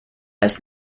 als